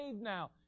now